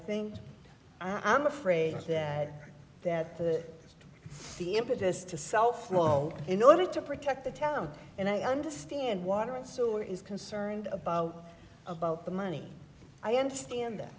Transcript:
think i'm afraid that that the the impetus to sell flown in order to protect the town and i understand water and sewer is concerned about about the money i understand that